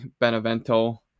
Benevento